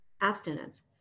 abstinence